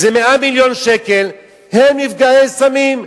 זה 100 מיליון שקל, הם נפגעי סמים.